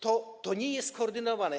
To nie jest koordynowane.